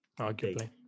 Arguably